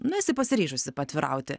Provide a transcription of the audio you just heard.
nu esi pasiryžusi paatvirauti